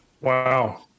Wow